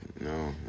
No